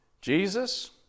Jesus